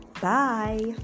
bye